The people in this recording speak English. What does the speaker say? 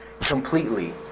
completely